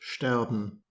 sterben